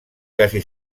casi